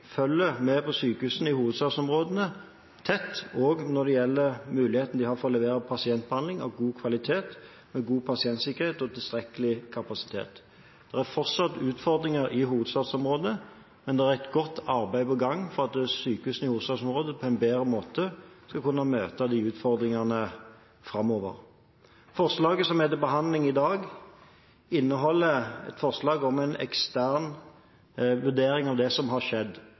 følger sykehusene i hovedstadsområdet tett, også når det gjelder muligheten de har for å levere pasientbehandling av god kvalitet, med god pasientsikkerhet og tilstrekkelig kapasitet. Det er fortsatt utfordringer i hovedstadsområdet, men det er et godt arbeid på gang for at sykehusene i hovedstadsområdet på en bedre måte skal kunne møte disse utfordringene framover. Forslaget som er til behandling i dag, inneholder et forslag om en ekstern vurdering av det som har skjedd. Det har vært en rekke eksterne vurderinger av det som har skjedd